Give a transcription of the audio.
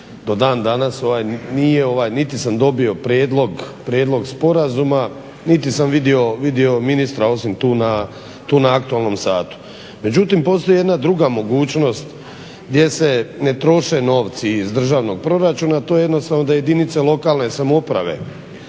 do dan danas niti sam dobio prijedlog sporazuma niti sam vidio ministra osim tu na aktualnom satu. Međutim, postoji jedna druga mogućnost gdje se ne troše novci iz državnog proračuna, to je jednostavno da jedinice lokalne samouprave